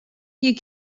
you